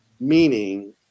meaning